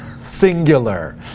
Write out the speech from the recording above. singular